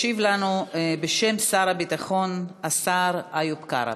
ישיב לנו, בשם שר הביטחון, השר איוב קרא.